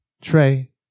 Trey